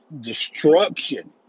destruction